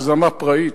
הגזמה פראית.